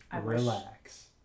Relax